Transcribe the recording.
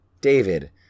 David